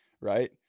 Right